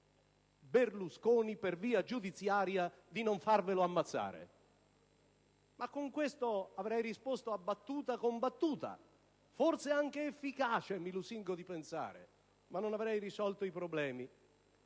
Berlusconi per via giudiziaria. Con questo avrei risposto a battuta con battuta, forse anche efficace - mi lusingo di pensare - ma non avrei risolto i problemi.